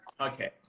Okay